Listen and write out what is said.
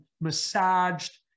massaged